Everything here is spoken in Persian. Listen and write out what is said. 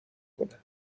کنه